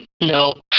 No